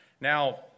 Now